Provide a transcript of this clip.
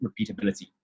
repeatability